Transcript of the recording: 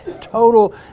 total